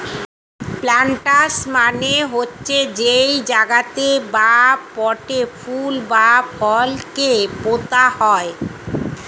planters মানে হচ্ছে যেই জায়গাতে বা পটে ফুল বা ফল কে পোতা হয়